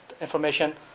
information